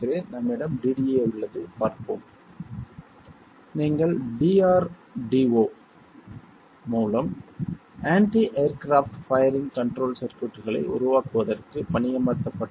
நம்மிடம் DDA உள்ளது பார்ப்போம் நீங்கள் டிஆர்டிஓ பாதுகாப்பு ஆராய்ச்சி மேம்பாட்டு அமைப்பு மூலம் anti aircraft firing control சர்க்யூட்களை உருவாக்குவதற்கு பணியமர்த்தப்பட்டீர்கள்